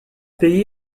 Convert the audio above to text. pays